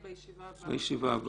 בישיבה הבאה.